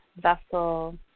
vessel